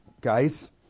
guys